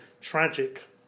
tragic